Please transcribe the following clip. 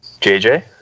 JJ